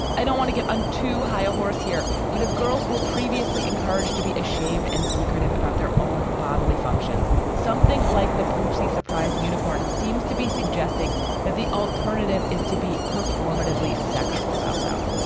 i don't want to get on too high a horse here. but if girls were previously encouraged to be ashamed and secretive about their own bodily functions, something like the poopsie surprise a and unicorn seems to be suggesting that the alternative is to be performative, least sexual about them.